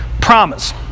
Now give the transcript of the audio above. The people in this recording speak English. promise